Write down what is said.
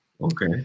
Okay